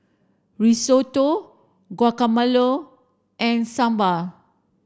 Risotto Guacamole and Sambar